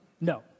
No